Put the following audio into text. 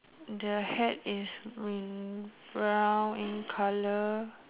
the hat is brown in colour